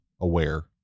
aware